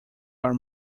are